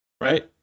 Right